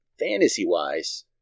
fantasy-wise